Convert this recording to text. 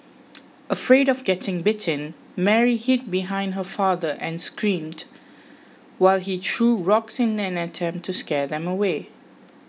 afraid of getting bitten Mary hid behind her father and screamed while he threw rocks in an attempt to scare them away